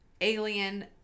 alien